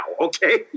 okay